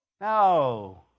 no